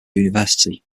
university